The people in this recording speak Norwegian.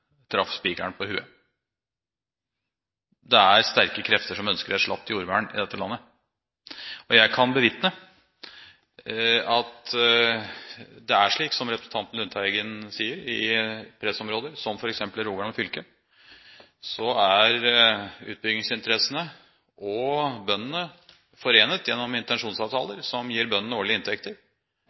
på hodet. Det er sterke krefter som ønsker et slapt jordvern i dette landet. Jeg kan bevitne at det er slik som representanten Lundteigen sier. I pressområder, som f.eks. i Rogaland fylke, er utbyggingsinteressene og bøndene forenet gjennom intensjonsavtaler som gir bøndene årlige inntekter,